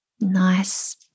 nice